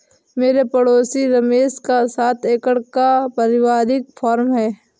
मेरे पड़ोसी रमेश का सात एकड़ का परिवारिक फॉर्म है